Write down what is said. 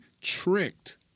tricked